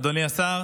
אדוני השר